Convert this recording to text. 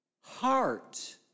heart